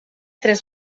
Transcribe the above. tres